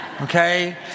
Okay